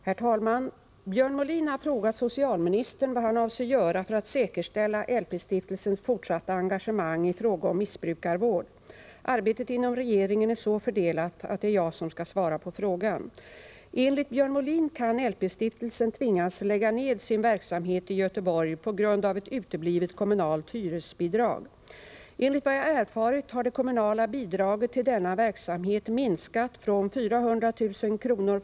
Herr talman! Björn Molin har frågat socialministern vad han avser göra för att säkerställa LP-stiftelsens fortsatta engagemang i fråga om missbrukarvård. Arbetet inom regeringen är så fördelat att det är jag som skall svara på frågan. Enligt Björn Molin kan LP-stiftelsen tvingas att lägga ned sin verksamhet i Göteborg på grund av ett uteblivet kommunalt hyresbidrag. Enligt vad jag erfarit har det kommunala bidraget till denna verksamhet minskat från 400 000 kr.